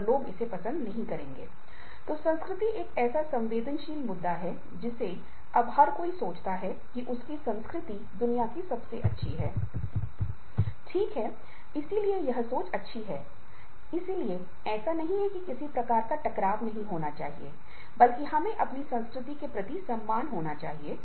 और न केवल उत्पादकता गुणवत्ता की मांग है न केवल मात्रा बल्कि गुणवत्ता भी है